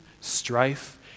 strife